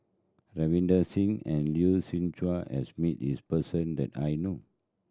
Ravinder Singh and Lee Siew Chua has meet this person that I know